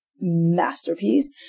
masterpiece